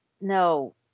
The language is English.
no